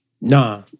Nah